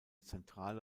zentrale